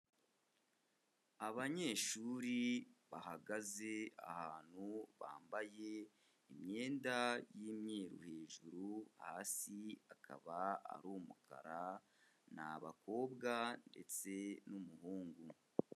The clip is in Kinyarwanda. Abanyeshuri bahagaze ahantu bambaye imyenda y'imyeru hejuru, hasi akaba ari umukara, ni abakobwa ndetse n'umuhungu.